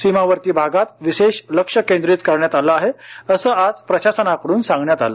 सीमावर्ती भागात विशेष लक्ष केंद्रित करण्यात आलं आहे असं आज प्रशासनाकडून सांगण्यात आलं